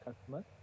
customer